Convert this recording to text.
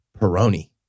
Peroni